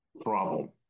problem